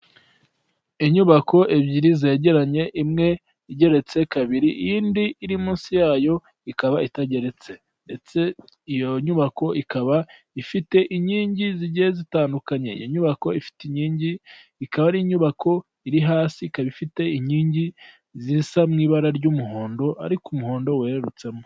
Inyubako ebyiri zegeranye imwe igeretse kabiri, iyindi iri munsi yayo ikaba itageretse, ndetse iyo nyubako ikaba ifite inkingi zigiye zitandukanye, inyubako ifite inkingi ikaba ari inyubako iri hasi, ikaba ifite inkingi zisa mu ibara ry'umuhondo, ariko umuhondo warerutsemo.